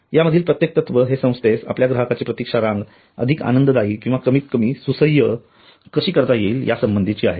यामधील प्रत्येक तत्व हे संस्थेस आपल्या ग्राहकांची प्रतीक्षा रांग अधिक आनंददायी किंवा कमीत कमी सुसह्य कशी करता येईल याच्याशी संबंधित आहे